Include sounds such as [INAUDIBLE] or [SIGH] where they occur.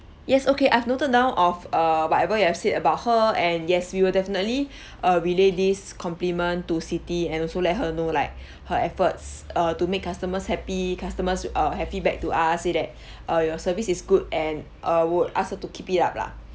yes okay I've noted down of err whatever you have said about her and yes we will definitely [BREATH] uh relay this compliment to siti and also let her know like [BREATH] her efforts uh to make customers happy customers uh happy back to us say that [BREATH] uh your service is good and err would ask her to keep it up lah